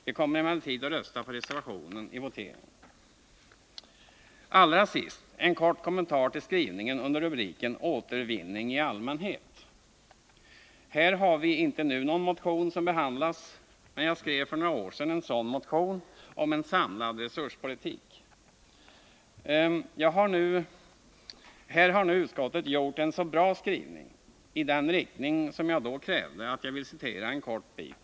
Vi kommer emellertid att vid voteringen rösta på reservationen. Allra sist en kort kommentar till skrivningen under rubriken Återvinning i allmänhet. På detta avsnitt har vi inte nu väckt någon motion, men jag skrev för några år sedan en motion om en samlad resurspolitik. Här har nu utskottet gjort en så bra skrivning i den riktning som jag då krävde att jag vill citera en kort bit.